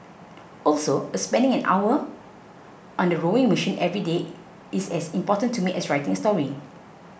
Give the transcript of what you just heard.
also spending an hour on the rowing machine every day is as important to me as writing a story